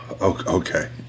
Okay